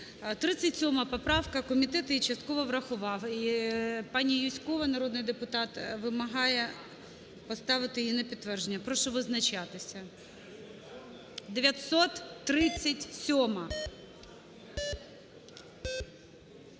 37 поправка. Комітет її частково врахував. Пані Юзькова, народний депутат, вимагає поставити її на підтвердження. Прошу визначатися. 937-а.